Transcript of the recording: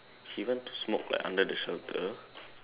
she went to smoke like under the shelter